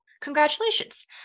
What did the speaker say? congratulations